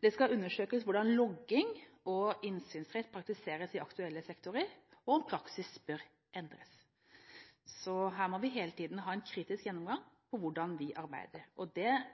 Det skal undersøkes hvordan logging og innsynsrett praktiseres i aktuelle sektorer, og om praksis bør endres. Her må vi hele tiden ha en kritisk gjennomgang av hvordan vi arbeider.